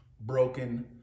broken